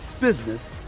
business